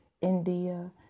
India